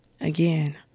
Again